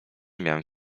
miałem